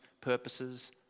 purposes